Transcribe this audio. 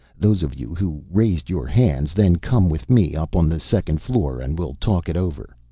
those of you who raised your hands then come with me up on the second floor and we'll talk it over.